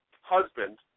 husband